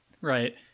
right